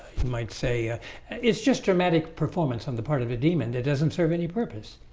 you might say ah it's just dramatic performance on the part of a demon. that doesn't serve any purpose